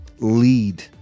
lead